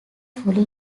fully